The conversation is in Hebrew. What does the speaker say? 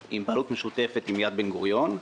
הממשלתיות.